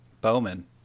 Bowman